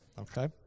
okay